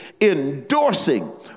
endorsing